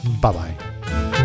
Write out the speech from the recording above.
Bye-bye